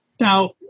Now